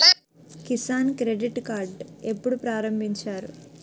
Kisan credit card ఎప్పుడు ప్రారంభించారు?